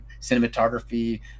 cinematography